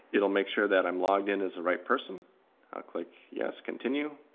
it'll make sure that i'm logged in as the right person. i'll click yes, continue.